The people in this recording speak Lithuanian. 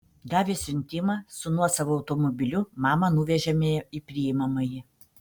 gavę siuntimą su nuosavu automobiliu mamą nuvežėme į priimamąjį